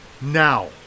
now